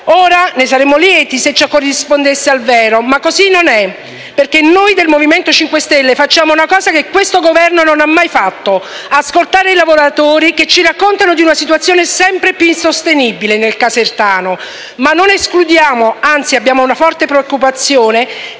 Ne saremmo lieti se ciò corrispondesse al vero, ma così non è, perché noi del Movimento 5 Stelle facciamo una cosa che questo Governo non ha mai fatto: ascoltare i lavoratori che ci raccontano di una situazione sempre più insostenibile nel Casertano, ma non escludiamo - anzi abbiamo forte preoccupazione